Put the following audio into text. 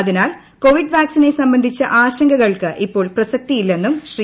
അതിനാൽ കോവിഡ് വാക്സിനെ സംബന്ധിച്ച ആശങ്കകൾക്ക് ഇപ്പോൾ പ്രസക്തിയില്ലെന്നും ശ്രീ